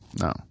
No